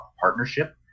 partnership